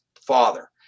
father